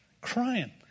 Crying